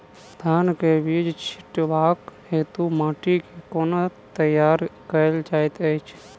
धान केँ बीज छिटबाक हेतु माटि केँ कोना तैयार कएल जाइत अछि?